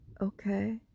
okay